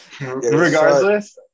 Regardless